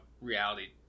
reality